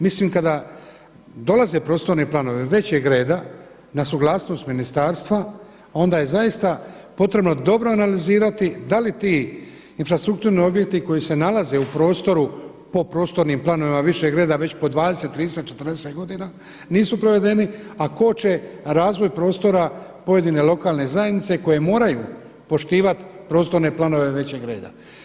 Mislim kada dolaze prostorni planovi većeg reda na suglasnost ministarstva, onda je zaista potrebno dobro analizirati da li ti infrastrukturni objekti koji se nalaze u prostoru po prostornim planovima višeg reda već po 20, 30, 40 godina nisu provedeni, a koče razvoj prostora pojedine lokalne zajednice koje moraju poštivati prostorne planove većeg reda.